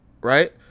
Right